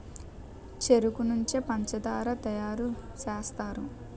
చెరుకు నుంచే పంచదార తయారు సేస్తారు